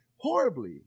Horribly